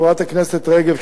חברת הכנסת רגב,